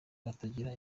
batagira